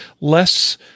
less